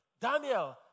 Daniel